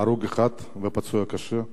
הרוג אחד ופצוע קשה,